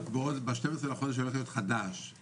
ב-12 לחודש הולך להיות חדש,